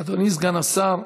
אדוני סגן השר.